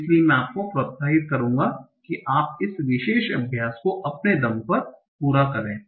इसलिए मैं आपको प्रोत्साहित करूंगा कि आप इस विशेष अभ्यास को अपने दम पर पूरा करें